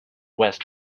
west